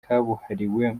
kabuhariwe